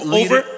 over